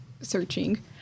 searching